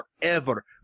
forever